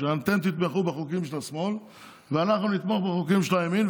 שאתם תתמכו בחוקים של השמאל ואנחנו נתמוך בחוקים של הימין?